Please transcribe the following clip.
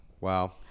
Wow